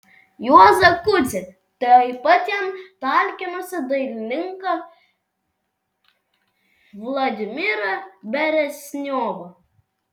juozą kudzį taip pat jam talkinusį dailininką vladimirą beresniovą